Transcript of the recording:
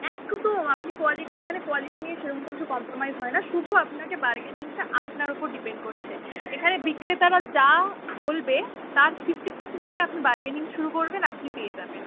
একদম আপনি কোয়ালিটি এখানে কোয়ালিটি নিয়ে সেরম কিছু কম্প্রোমাইস হয় না শুধু আপনাকে বার্গেনিংটা আপনার ওপর ডিপেন্ড করছে এখানে বিক্রেতারা যা বলবে তার ফিফটি পার্সেন্ট থেকে আপনি বার্গেনিং শুরু করবেন আপনি পেয়ে যাবেন